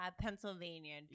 Pennsylvania